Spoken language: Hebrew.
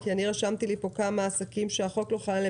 כי אני רשמתי לי פה כמה עסקים שהחוק לא חל עליהם.